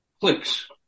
clicks